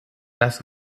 das